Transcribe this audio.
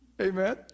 Amen